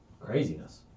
Craziness